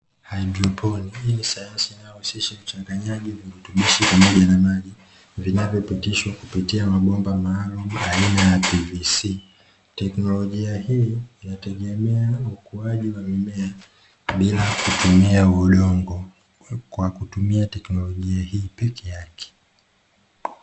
Haidroponi; hii ni sayansi inayohusisha kuchanganyaji virutubishi pamoja na maji, vinavyopitishwa kupitia mabomba maalumu aina ya "pvc". Teknolojia hii inategemea ukuaji wa mimea bila kutumia udongo, kwa kutumia teknolojia hii peke yake.